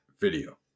video